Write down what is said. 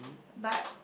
but